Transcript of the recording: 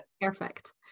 perfect